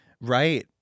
Right